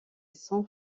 san